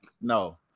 No